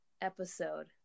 episode